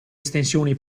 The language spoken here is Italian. estensioni